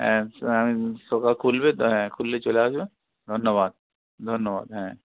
হ্যাঁ আমি সকাল খুলবে তো হ্যাঁ খুললেই চলে আসবেন ধন্যবাদ ধন্যবাদ হ্যাঁ